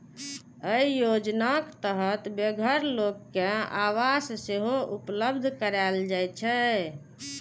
अय योजनाक तहत बेघर लोक कें आवास सेहो उपलब्ध कराएल जाइ छै